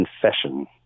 confession